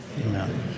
Amen